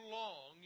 long